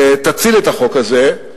תציל את החוק הזה,